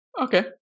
okay